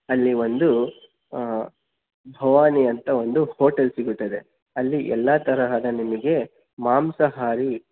ಅಲ್ಲಿ ಒಂದು ಭವಾನಿ ಅಂತ ಒಂದು ಹೋಟೆಲ್ ಸಿಗುತ್ತದೆ ಅಲ್ಲಿ ಎಲ್ಲ ತರಹದ ನಿಮಗೆ ಮಾಂಸಹಾರಿ